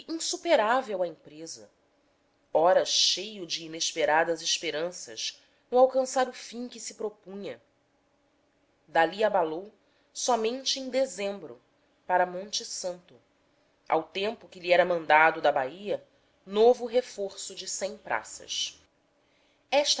insuperável a empresa ora cheio de inesperadas esperanças no alcançar o fim que se propunha dali abalou somente em dezembro para monte santo ao tempo que lhe era mandado da bahia novo reforço de praças